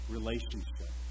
Relationship